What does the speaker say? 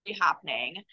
happening